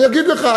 אגיד לך,